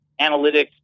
analytics